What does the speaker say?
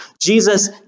Jesus